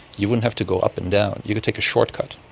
you wouldn't have to go up and down, you could take a shortcut.